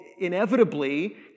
inevitably